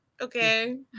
okay